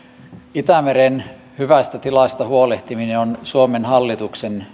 itämeren hyvästä tilasta huolehtiminen on suomen hallituksen